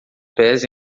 pés